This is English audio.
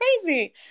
crazy